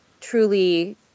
truly